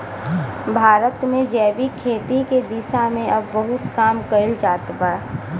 भारत में जैविक खेती के दिशा में अब बहुत काम कईल जात बा